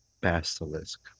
basilisk